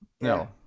No